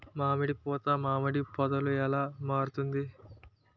మామిడి పూత మామిడి పందుల ఎలా మారుతుంది?